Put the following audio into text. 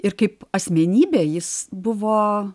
ir kaip asmenybė jis buvo